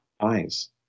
eyes